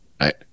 right